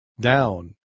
down